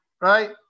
Right